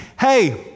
hey